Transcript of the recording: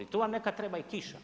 Tu vam neka treba i kiša.